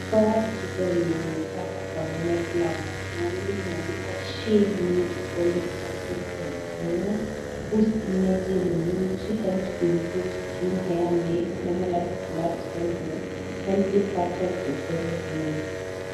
chupa yenye inakaa kufanana kila mahali, imeandikwa SheNeed Folic acid & iron, boost energy and immunity health to improve skin, hair, nails, normalize blood cells, help foetal development .